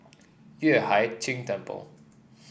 Yueh Hai Ching Temple